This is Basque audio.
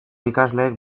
ikasleek